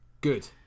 Good